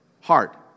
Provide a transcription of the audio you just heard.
heart